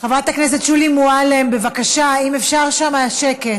חברת הכנסת שולי מועלם, בבקשה, אם אפשר שם שקט.